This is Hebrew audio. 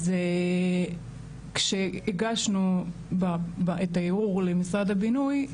אז כשהגשנו את הערעור למשרד הבינוי,